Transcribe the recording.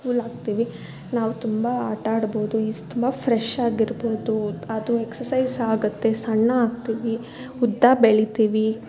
cool ಆಗ್ತೀವಿ ನಾವು ತುಂಬ ಆಟಾಡ್ಬೋದು ಈಸ್ ತುಂಬ ಫ್ರೆಶಾಗಿರ್ಬೋದು ಅದು ಎಕ್ಸಸೈಜ್ ಆಗುತ್ತೆ ಸಣ್ಣ ಆಗ್ತೀವಿ ಉದ್ದ ಬೆಳಿತಿವಿ